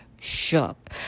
shook